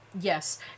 Yes